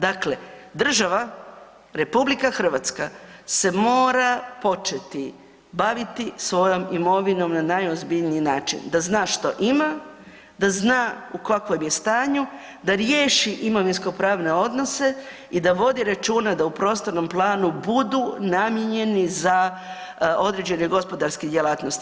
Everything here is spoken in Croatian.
Dakle, država RH se mora početi baviti svojom imovinom na najozbiljniji način, da zna što ima, da zna u kakvom je stanju, da riješi imovinsko pravne odnose i da vodi računa da u prostornom planu budu namijenjeni za određene gospodarske djelatnosti.